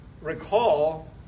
recall